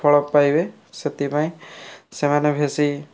ଫଳ ପାଇବେ ସେଥିପାଇଁ ସେମାନେ ଭେଶୀ